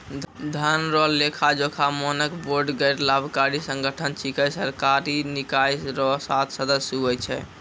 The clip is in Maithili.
धन रो लेखाजोखा मानक बोर्ड गैरलाभकारी संगठन छिकै सरकारी निकाय रो सात सदस्य हुवै छै